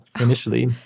initially